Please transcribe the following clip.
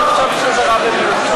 אני חושבת שזה הרע במיעוטו.